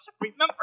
Remember